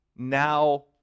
Now